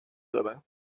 دارن